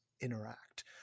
interact